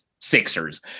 Sixers